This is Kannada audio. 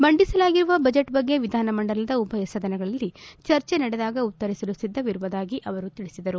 ಮಂಡಿಸಲಾಗಿರುವ ಬಜೆಟ್ ಬಗ್ಗೆ ವಿಧಾನ ಮಂಡಲದ ಉಭಯ ಸದನಗಳಲ್ಲಿ ಚರ್ಚೆ ನಡೆದಾಗ ಉತ್ತಿರಿಸಲು ಸಿದ್ಧವಿರುವುದಾಗಿ ಅವರು ತಿಳಿಸಿದರು